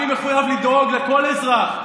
אני מחויב לדאוג לכל אזרח,